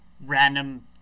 random